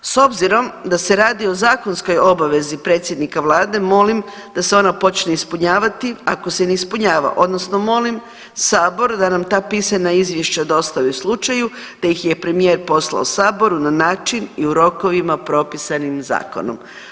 S obzirom da se radi o zakonskoj obavezi predsjednika vlade molim da se ona počne ispunjavati ako se ne ispunjava odnosno molim sabor da nam ta pisana izvješća dostavi u slučaju da ih je premijer poslao saboru na način i u rokovima propisanim zakonom.